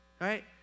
right